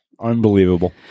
Unbelievable